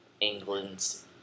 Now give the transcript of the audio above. England's